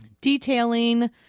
detailing